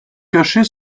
cacher